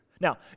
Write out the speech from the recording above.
Now